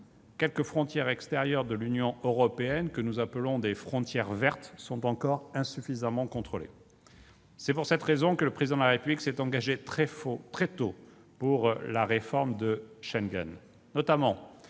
quelques frontières extérieures de l'Union européenne, que nous appelons des « frontières vertes », sont encore insuffisamment contrôlées. C'est pour cette raison que le Président de la République s'est engagé très tôt pour la réforme de Schengen,